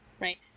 right